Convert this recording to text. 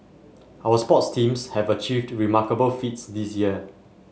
our sports teams have achieved remarkable feats this year